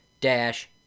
dash